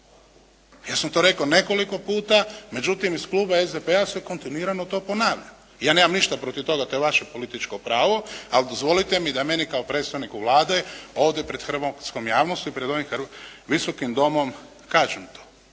Ja sam to rekao nekoliko puta, međutim iz kluba SDP-a se kontinuirano to ponavlja. Ja nemam ništa protiv toga, to je vaše političko pravo ali dozvolite mi da je meni kao predstavniku Vlade ovdje pred hrvatskom javnosti, pred ovim Visokim domom kažem to.